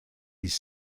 his